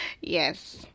Yes